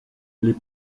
les